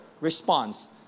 response